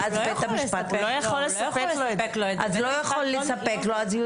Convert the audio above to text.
ואז בית המשפט --- הוא לא יכול לספק לו את זה.